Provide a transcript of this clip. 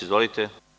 Izvolite.